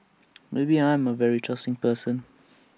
maybe I'm A very trusting person